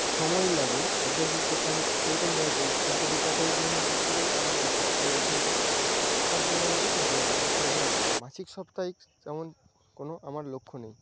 সময় লাগে অধ্যায় শেষ করতে আমি এরকমভাবে পড়ি আজকে দু পাতা যদি আমি মুখস্ত করি আমার এইটা এই অধ্যায়টা সাতদিনের মধ্যে শেষ হয়ে যাবে আমি এইভাবে পড়ি মাসিক সাপ্তাহিক যেমন কোন আমার লক্ষ্য নেই